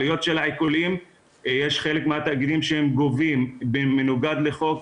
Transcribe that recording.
יש חלק מהתאגידים שגובים במנוגד לחוק,